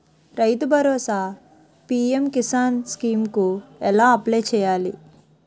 రైతు Bharosa PM Kisan scheme కు ఎలా అప్లయ్ చేయాలి?